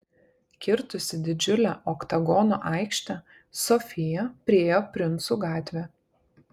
kirtusi didžiulę oktagono aikštę sofija priėjo princų gatvę